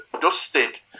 dusted